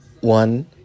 one